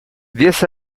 diez